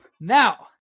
Now